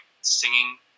singing